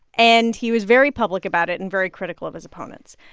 and he was very public about it and very critical of his opponents.